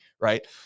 right